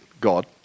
God